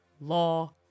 law